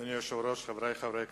אדוני היושב-ראש, חברי חברי הכנסת,